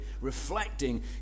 reflecting